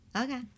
Okay